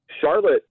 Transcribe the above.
Charlotte